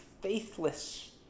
faithless